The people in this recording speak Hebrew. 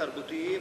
תרבותיים,